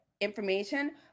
information